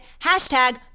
hashtag